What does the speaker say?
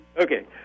Okay